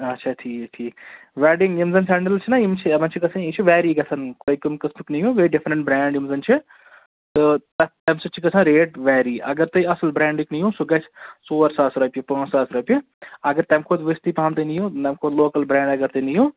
اچھا ٹھیٖک ٹھیٖک ویٚڈِنٛگ یِم زَن سیٚنٛڈلٕز چھِ نا یِم چھِ یِمَن چھُ گژھان یِم چھِ ویٚری گژھان تُہۍ کَمہِ قٕسمُک نِیِو بیٚیہِ ڈِفرنٛٹ برٛینٛڈ یِم زَن چھِ تہٕ تتھ تَمہِ سٍتۍ چھِ گژھان ریٚٹ ویٚری اَگر تُہۍ اصٕل برٛینٛڈُک نِیِو سُہ گژھِ ژور ساس رۅپیہِ پانژٚ ساس رۅپیہِ اَگر تَمہِ کھۅتہِ ؤستٕے پَہَم تُہۍ نِیِو لوٗکَل برٛینٛڈ اَگر تُہۍ نِیِو